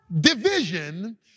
division